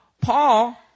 Paul